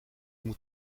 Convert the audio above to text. moet